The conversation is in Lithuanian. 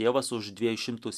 tėvas už dviejų šimtus